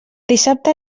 dissabte